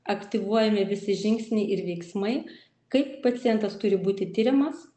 aktyvuojami visi žingsniai ir veiksmai kaip pacientas turi būti tiriamas